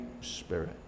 spirit